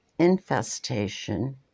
infestation